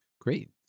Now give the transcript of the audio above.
Great